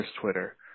Twitter